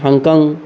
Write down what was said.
Hong Kong